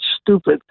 stupid